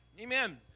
Amen